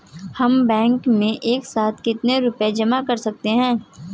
हम बैंक में एक साथ कितना रुपया जमा कर सकते हैं?